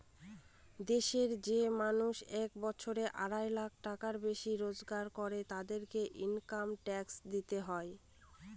দেশের যে মানুষ এক বছরে আড়াই লাখ টাকার বেশি রোজগার করে, তাদেরকে ইনকাম ট্যাক্স দিতে হয়